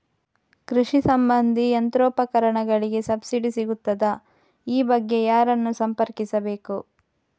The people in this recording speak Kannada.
ಕೃಷಿ ಸಂಬಂಧಿ ಯಂತ್ರೋಪಕರಣಗಳಿಗೆ ಸಬ್ಸಿಡಿ ಸಿಗುತ್ತದಾ? ಈ ಬಗ್ಗೆ ಯಾರನ್ನು ಸಂಪರ್ಕಿಸಬೇಕು?